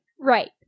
Right